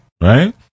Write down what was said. right